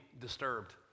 disturbed